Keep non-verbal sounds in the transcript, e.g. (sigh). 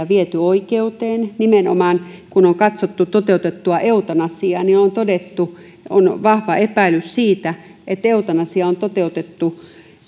(unintelligible) viety oikeuteen nimenomaan kun on katsottu toteutettua eutanasiaa on on todettu on vahva epäilys siitä että eutanasia on toteutettu